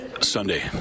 Sunday